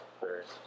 first